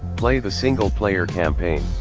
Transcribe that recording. play the single player campaign,